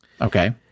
Okay